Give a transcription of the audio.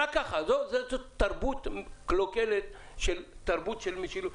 זאת תרבות קלוקלת של משילות.